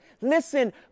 listen